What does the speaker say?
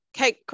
Okay